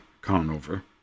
Conover